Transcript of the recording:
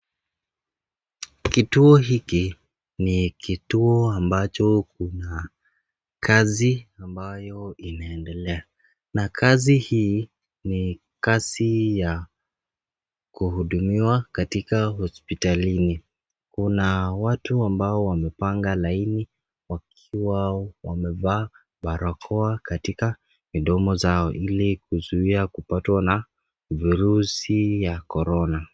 Kituo hiki ni kituo ambacho kuna kaza ambayo inaendelea ,na kazi hii, ni kazi ya kuhudumiwa katika hospitalini, kuna watu ambao wamepanga laini wakiwa wamevaa barakoa katika midomo zao ili kuzuia kupatwa na virusi ya corona.